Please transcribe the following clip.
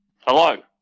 Hello